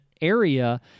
area